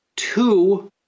Two